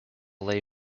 lay